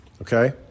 okay